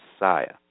Messiah